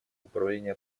управление